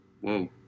Whoa